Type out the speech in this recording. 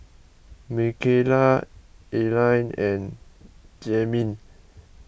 Makayla Aline and Jaheem